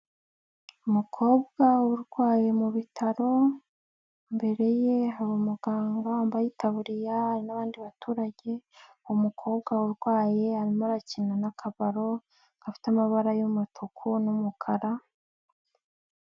Umukobwa urwaye mu bitaro, imbere ye hari umuganga wambaye itaburiye n'abandi baturage umukobwa urwaye arimo arakina n'akabaro gafite amabara y'umutuku n'umukara.